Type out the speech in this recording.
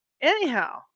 Anyhow